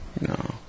No